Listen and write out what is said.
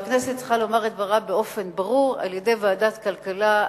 והכנסת צריכה לומר את דברה באופן ברור על-ידי ועדת הכלכלה.